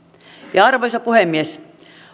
arvoisa puhemies